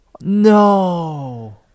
No